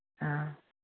ꯑ